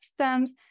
systems